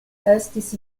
estis